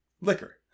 Liquor